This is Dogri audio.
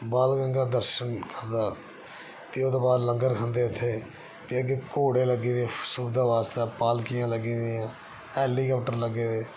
बाल गंगा दर्शन करदा फ्ही ओह्दे बाद च लंगर खंदे उत्थै ते अग्गै घोड़े लग्गे दे सुविधा आस्तै पालकियां लग्गी दियां हैलीकप्टर लग्गे दे